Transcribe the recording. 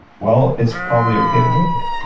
well, it's probably okay to drink it!